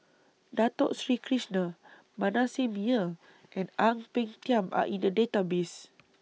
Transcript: Dato Sri Krishna Manasseh Meyer and Ang Peng Tiam Are in The Database